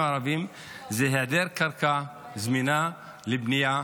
הערביים זה היעדר קרקע זמינה לבנייה,